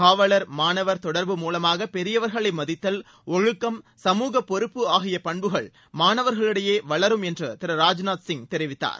காவலர் மாணவர் தொடர்பு மூலமாக பெரியவர்களை மதித்தல் ஒழுக்கம் சமூக பொறுப்பு ஆகிய பண்புகள் மாணவர்களிடையே வளரும் என்று திரு ராஜ்நாத் சிங் தெரிவித்தார்